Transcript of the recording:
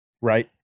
Right